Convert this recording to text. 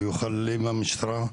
היו חללים למשטרה,